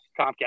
Comcast